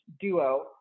Duo